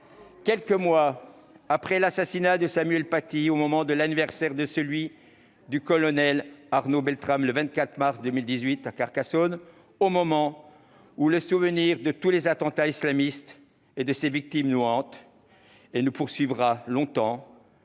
Quelques mois après l'assassinat de Samuel Paty et au moment de l'anniversaire de celui du colonel Arnaud Beltrame, commis le 24 mars 2018 à Carcassonne, alors que le souvenir de tous les attentats islamistes et de ses victimes nous hante- il nous poursuivra longtemps